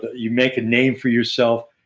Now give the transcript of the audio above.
you make a name for yourself.